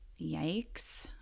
yikes